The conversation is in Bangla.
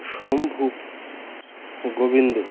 শম্ভু গোবিন্দ